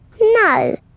No